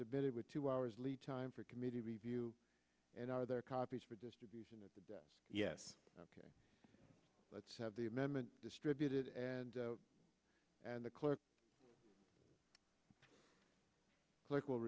submitted with two hours lead time for committee review and are there copies for distribution of the yes ok let's have the amendment distributed and and the clerk clerk will